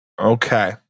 Okay